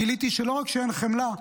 גיליתי שלא רק שאין חמלה,